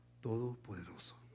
Todopoderoso